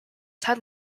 ted